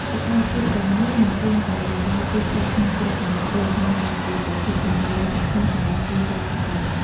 សកម្មភាពទាំងនេះមិនត្រឹមតែបម្រើទីផ្សារក្នុងស្រុកប៉ុណ្ណោះទេ ថែមទាំងជាប្រភពចំណូលដ៏សំខាន់សម្រាប់គ្រួសារផងដែរ។